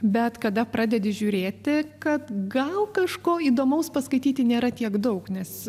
bet kada pradedi žiūrėti kad gal kažko įdomaus paskaityti nėra tiek daug nes